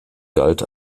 galt